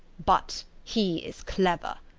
but he is clever.